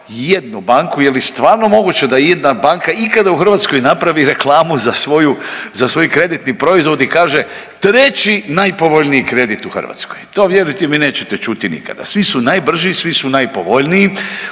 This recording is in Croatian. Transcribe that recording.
ijednu banku je li stvarno moguće da ijedna banka ikada u Hrvatskoj napravi reklamu za svoju, za svoj kreditni proizvod i kaže treći najpovoljniji kredit u Hrvatskoj, to vjerujte mi nećete čuti nikada. Svi su najbrži, svi su najpovoljniji,